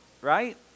right